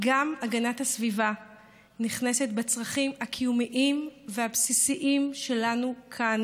גם הגנת הסביבה נכנסת בצרכים הקיומיים והבסיסיים שלנו כאן,